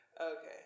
okay